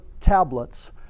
tablets